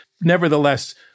Nevertheless